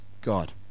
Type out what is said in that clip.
God